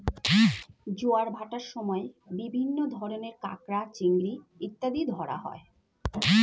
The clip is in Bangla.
জোয়ার ভাটার সময় বিভিন্ন ধরনের কাঁকড়া, চিংড়ি ইত্যাদি ধরা হয়